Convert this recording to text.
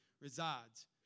resides